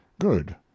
good